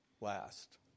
last